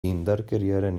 indarkeriaren